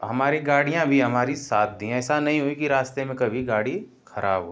हमारी गाड़ियाँ भी हमारी साथ दी ऐसा नहीं हुई कि रास्ते में कभी गाड़ी खराब हो